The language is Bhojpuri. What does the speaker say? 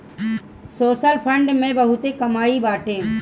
सोशल फंड में बहुते कमाई बाटे